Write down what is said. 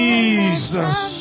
Jesus